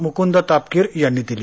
मुकुंद तापकीर यांनी दिली